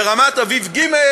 ברמת-אביב ג',